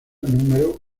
número